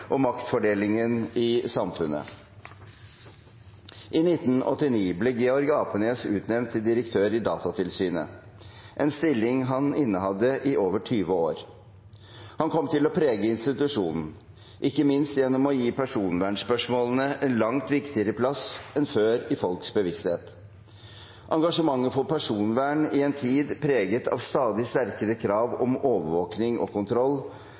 og maktfordelingen i samfunnet. I 1989 ble Georg Apenes utnevnt til direktør i Datatilsynet – en stilling han innehadde i over 20 år. Han kom til å prege institusjonen, ikke minst gjennom å gi personvernspørsmålene en langt viktigere plass enn før i folks bevissthet. Engasjementet for personvern i en tid preget av stadig sterkere krav om overvåkning og kontroll,